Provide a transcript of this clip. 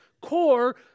core